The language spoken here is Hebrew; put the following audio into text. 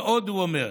ועוד הוא אומר: